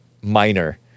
minor